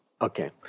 Okay